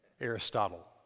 Aristotle